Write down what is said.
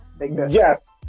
Yes